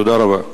תודה רבה.